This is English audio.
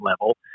level